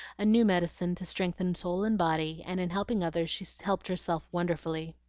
a new medicine to strengthen soul and body and in helping others, she helped herself wonderfully.